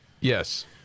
Yes